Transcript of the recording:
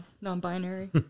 non-binary